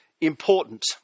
important